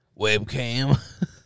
webcam